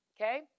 Okay